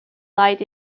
light